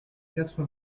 quatre